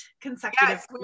consecutive